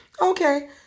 Okay